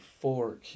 four